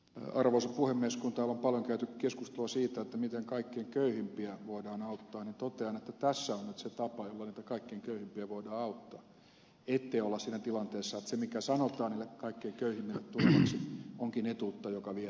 tämä arvostus voi myös paljon käyty keskustelua siitä miten kaikkein köyhimpiä voidaan auttaa totean että tässä on nyt se tapa jolla niitä kaikkein köyhimpiä voidaan auttaa ettei olla siinä tilanteessa että se mikä sanotaan niille kaikkein köyhimmille tulevaksi onkin etuutta joka viedään pois